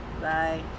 Bye